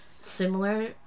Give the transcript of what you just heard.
similar